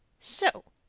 so.